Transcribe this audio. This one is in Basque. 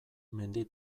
mendi